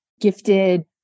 gifted